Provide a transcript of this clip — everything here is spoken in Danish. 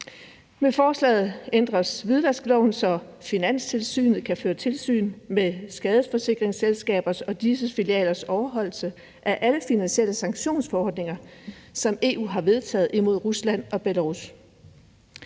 Med forslaget ændres hvidvaskloven, så Finanstilsynet kan føre tilsyn med skadesforsikringsselskaber og disses filialers overholdelse af alle finansielle sanktionsforordninger, som EU har vedtaget imod Rusland og Belarus,.